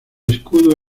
escudo